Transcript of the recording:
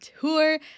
tour